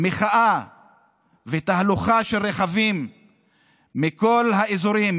מחאה ותהלוכה של רכבים מכל האזורים,